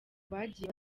bagiye